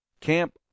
Camp